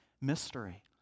Mystery